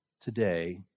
today